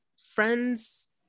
friends